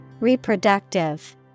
Reproductive